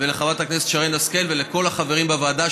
לחברת הכנסת שרן השכל ולכל החברים בוועדה,